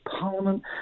Parliament